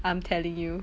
I'm telling you